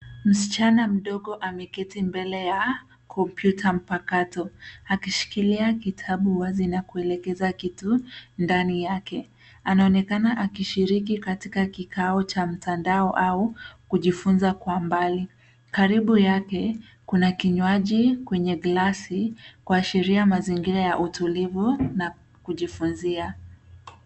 Msichana mdogo ameketi mbele ya kompyuta mpakato, akishikilia kitabu wazi na kuelekeza kitu ndani yake. Anaonekana akishiriki katika kikao cha mtandao au kujifunza kwa mbali. Karibu yake, kuna kinywaji kwenye glasi, kuashiria mazingira ya utulivu na kujifunzia.